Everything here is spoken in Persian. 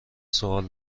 سوال